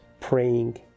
praying